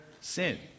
sin